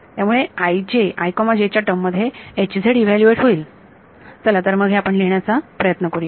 त्यामुळे च्या टर्म मध्ये इव्हॅल्यूएट होईल चला तर मग हे आपण लिहिण्याचा प्रयत्न करूया